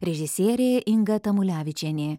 režisierė inga tamulevičienė